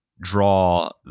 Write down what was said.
draw